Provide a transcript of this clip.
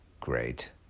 great